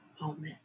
moment